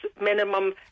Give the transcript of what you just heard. minimum